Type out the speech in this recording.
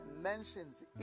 mentions